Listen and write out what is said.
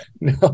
no